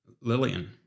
Lillian